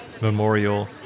memorial